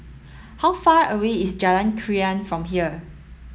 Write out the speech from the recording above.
how far away is Jalan Krian from here